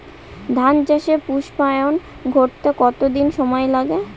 ধান চাষে পুস্পায়ন ঘটতে কতো দিন সময় লাগে?